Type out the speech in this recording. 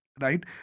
right